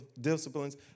disciplines